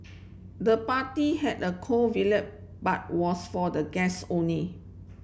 the party had a cool but was for the guests only